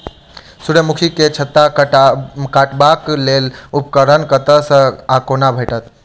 सूर्यमुखी केँ छत्ता काटबाक लेल उपकरण कतह सऽ आ कोना भेटत?